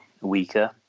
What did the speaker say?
weaker